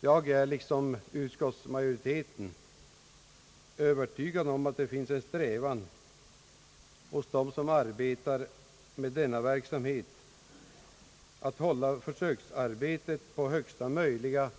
Jag är liksom utskottsmajoriteten övertygad om att det finns en strävan hos dem som arbetar med denna verksamhet att hålla försöksarbetet på högsta möjliga